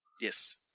Yes